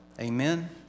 Amen